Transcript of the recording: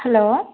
hello